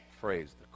phrase